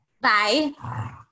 bye